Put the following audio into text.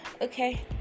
Okay